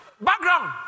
background